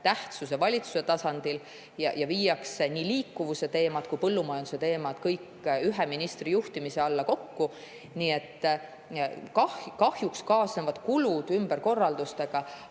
tähtsuse valitsuse tasandil ja nii liikuvusteemad kui ka põllumajandusteemad viiakse kõik ühe ministri juhtimise alla kokku. Nii et kahjuks kaasnevad ümberkorraldustega